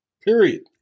Period